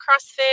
CrossFit